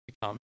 become